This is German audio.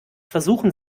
versuchen